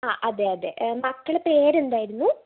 അ അതെ അതെ മക്കളുടെ പേര് എന്തായിരുന്നു